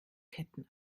ketten